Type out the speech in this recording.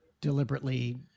deliberately